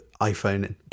iPhone